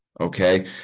okay